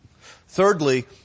Thirdly